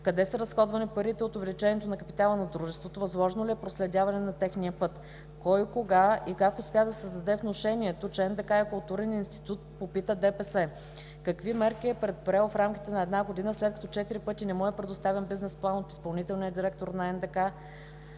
къде са разходвани парите от увеличението на капитала на Дружеството, възложено ли е проследяването на техния път; кой, кога и как успя да създаде внушението, че НДК е културен институт (ДПС); какви мерки е предприел в рамките на една година, след като четири пъти не му е предоставян бизнес план от изпълнителния директор на НДК.